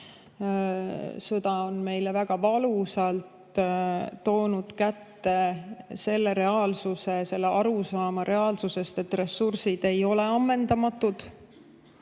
Sõda on väga valusalt toonud meile kätte selle reaalsuse või selle arusaama reaalsusest, et ressursid ei ole ammendamatud.